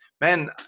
man